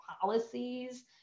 policies